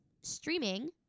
streaming